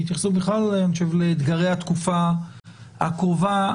שהיא התייחסות בכלל לאתגרי התקופה הקרובה.